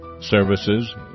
services